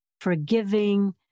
forgiving